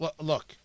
Look